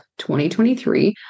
2023